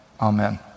Amen